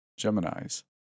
Geminis